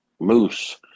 Moose